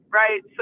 right